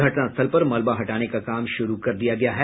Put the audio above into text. घटनास्थल पर मलबा हटाने का काम शुरू कर दिया गया है